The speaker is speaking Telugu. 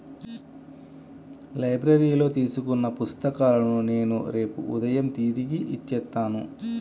లైబ్రరీలో తీసుకున్న పుస్తకాలను నేను రేపు ఉదయం తిరిగి ఇచ్చేత్తాను